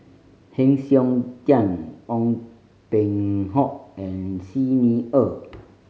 Heng Siok Tian Ong Peng Hock and Xi Ni Er